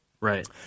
Right